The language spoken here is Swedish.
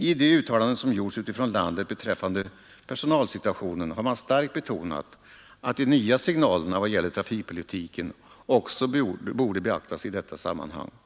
I de uttalanden som gjorts utifrån landet beträffande personalsituationen har man starkt betonat att de nya signalerna i vad gäller trafikpolitiken också borde beaktas i detta sammanhang.